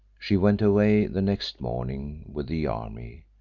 she went away the next morning with the army,